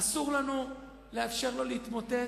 אסור לנו לאפשר לו להתמוטט,